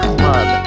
Club